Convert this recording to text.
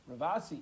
Ravasi